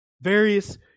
Various